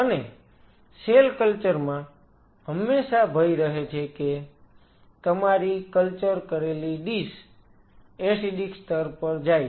અને cell culture માં હંમેશા ભય રહે છે કે તમારી કલ્ચર કરેલી ડીશ એસિડિક સ્તર પર જાય છે